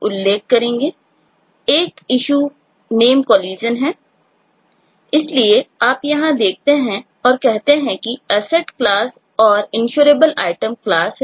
इसलिए यदि आप यहां देखते हैं और कहते हैं कि Asset क्लास और InsurableItem क्लास हैं